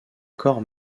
corps